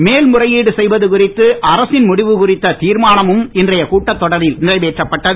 மேல்முறையீடு செய்வது குறித்த அரசின் முடிவு குறித்த தீர்மானமும் இன்றைய கூட்டத்தொடரில் நிறைவேற்றப்பட்டது